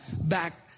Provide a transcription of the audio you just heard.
back